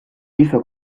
hizo